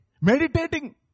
Meditating